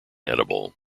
edible